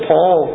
Paul